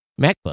MacBook